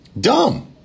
dumb